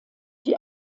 die